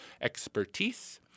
expertise